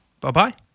Bye-bye